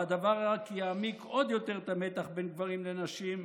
והדבר רק יעמיק עוד יותר את המתח בין גברים לנשים,